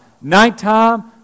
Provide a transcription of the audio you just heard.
Nighttime